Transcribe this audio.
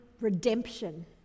redemption